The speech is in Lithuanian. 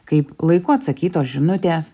kaip laiku atsakytos žinutės